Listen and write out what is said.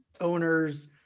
owners